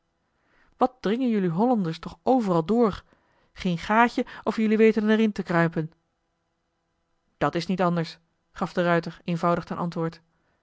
wat dringen jelui hollanders toch overal door geen gaatje of jelui weten er in te kruipen dat is niet anders gaf de ruijter eenvoudig ten antwoord